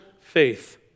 faith